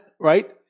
right